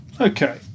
Okay